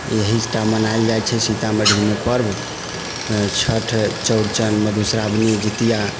इएहटा मनायल जाइ छै सीतामढ़ीमे पर्व छठ चौरचन मधुश्रावणी जितिया